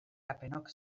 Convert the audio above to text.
aldarrikapenok